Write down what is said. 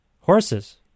Horses